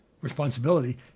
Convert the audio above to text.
responsibility